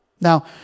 Now